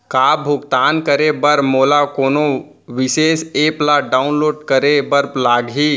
का भुगतान करे बर मोला कोनो विशेष एप ला डाऊनलोड करे बर लागही